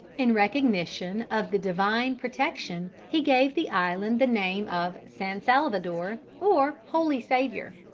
in recognition of the divine protection he gave the island the name of san salvador, or holy savior.